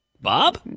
Bob